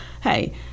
hey